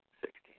Sixteen